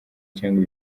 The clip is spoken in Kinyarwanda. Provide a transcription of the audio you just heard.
cyangwa